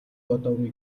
бодоогүй